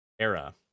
Era